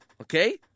Okay